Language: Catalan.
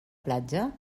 platja